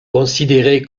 considérée